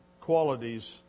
qualities